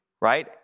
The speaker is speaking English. right